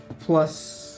plus